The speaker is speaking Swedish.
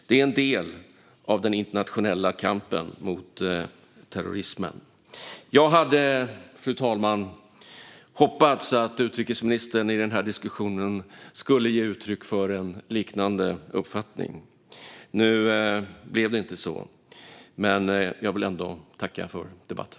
Det är en del av den internationella kampen mot terrorismen. Fru talman! Jag hade hoppats att utrikesministern i den här diskussionen skulle ge uttryck för en liknande uppfattning. Nu blev det inte så. Men jag vill ändå tacka för debatten.